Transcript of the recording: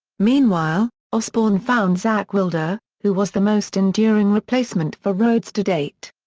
meanwhile, osbourne found zakk wylde, ah who was the most enduring replacement for rhoads to date.